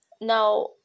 Now